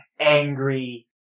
angry